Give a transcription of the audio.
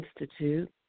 Institute